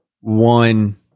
one